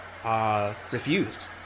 Refused